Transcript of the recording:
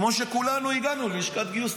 כמו שכולנו הגענו ללשכת גיוס.